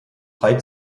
frei